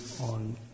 on